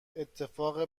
اتفاق